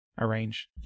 arrange